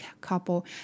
couple